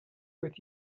with